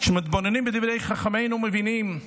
כשמתבוננים בדברי חכמינו, מבינים שהאחדות,